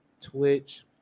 Twitch